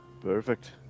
Perfect